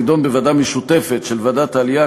תידון בוועדה משותפת של ועדת העלייה,